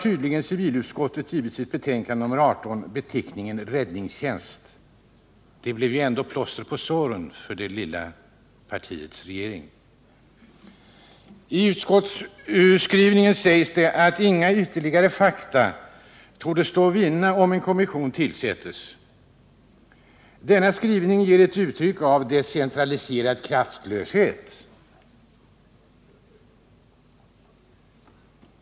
I utskottsbetänkandet framhålls att inga ytterligare fakta torde framkomma om en kommission tillsätts. Denna skrivning ger intryck av decentraliserad kraftlöshet.